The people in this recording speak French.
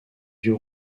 view